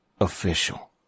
Official